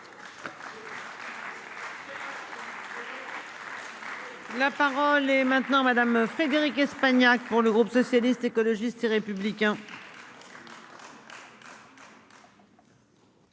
La parole est maintenant madame Frédérique Espagnac pour le groupe socialiste, écologiste et républicain.